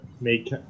make